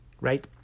right